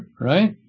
right